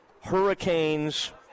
hurricanes